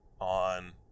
on